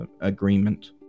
agreement